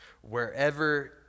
Wherever